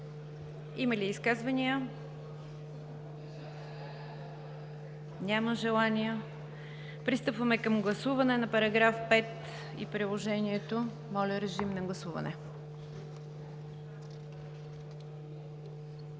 Има ли изказвания? Няма желание. Пристъпваме към гласуване на § 5 и Приложението. Моля, гласувайте.